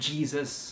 Jesus